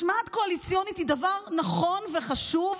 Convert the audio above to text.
משמעת קואליציונית היא דבר נכון וחשוב,